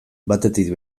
batetik